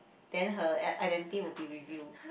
then her i~ identity will be reveal